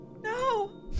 No